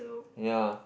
ya